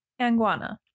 Anguana